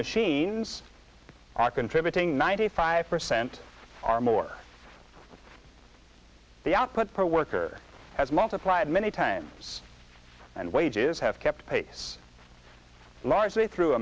machines are contributing ninety five percent are more than the output per worker has multiplied many times and wages have kept pace largely through